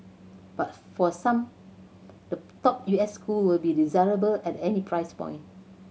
but for some the top U S school will be desirable at any price point